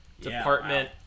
department